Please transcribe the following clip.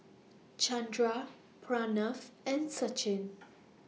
Chandra Pranav and Sachin